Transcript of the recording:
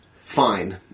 fine